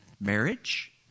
Marriage